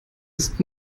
ist